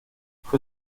fue